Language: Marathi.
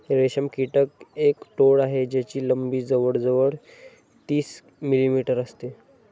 रेशम कीटक एक टोळ आहे ज्याची लंबी जवळ जवळ तीस मिलीमीटर असते